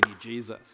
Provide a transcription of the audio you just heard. Jesus